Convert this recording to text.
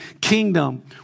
kingdom